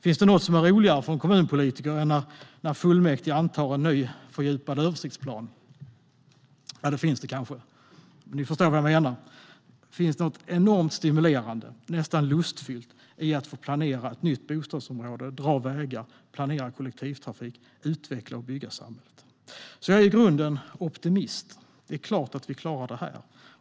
Finns det något som är roligare för en kommunpolitiker än när fullmäktige antar en ny fördjupad översiktsplan? Ja, det finns det kanske, men ni förstår vad jag menar. Det finns något enormt stimulerande och nästan lustfyllt i att få planera ett nytt bostadsområde, dra vägar, planera kollektivtrafik och utveckla och bygga samhället. Jag är i grunden optimist. Det är klart att vi klarar detta.